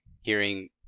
hearing